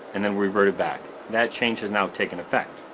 and then revert it back. that change has now taken effect.